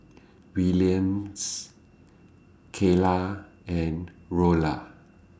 Williams Kaylah and Rolla